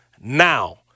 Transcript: now